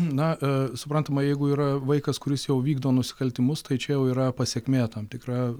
na a suprantama jeigu yra vaikas kuris jau vykdo nusikaltimus tai čia jau yra pasekmė tam tikra